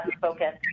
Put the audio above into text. focus